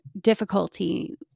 difficulty